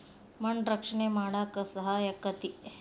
ಮಣ್ಣ ರಕ್ಷಣೆ ಮಾಡಾಕ ಸಹಾಯಕ್ಕತಿ